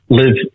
live